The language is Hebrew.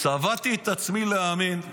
צבטתי את עצמי להאמין.